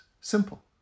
Simple